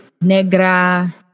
negra